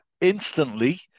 instantly